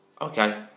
Okay